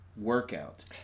workout